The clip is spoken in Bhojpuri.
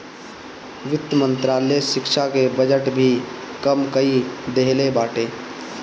वित्त मंत्रालय शिक्षा के बजट भी कम कई देहले बाटे